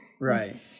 Right